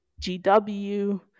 GW